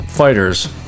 fighters